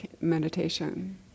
meditation